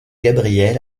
gabriel